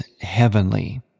heavenly